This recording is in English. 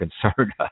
concerned